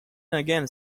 again